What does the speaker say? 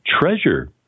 treasure